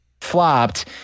flopped